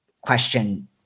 question